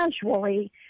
casually